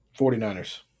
49ers